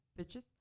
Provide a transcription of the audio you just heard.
bitches